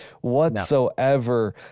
whatsoever